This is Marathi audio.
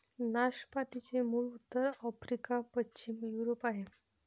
नाशपातीचे मूळ उत्तर आफ्रिका, पश्चिम युरोप आहे